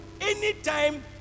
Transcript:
anytime